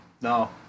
No